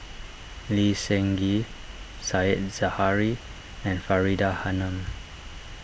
Lee Seng Gee Said Zahari and Faridah Hanum